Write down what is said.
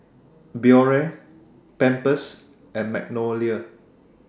Biore Pampers and Magnolia